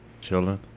Chilling